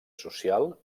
social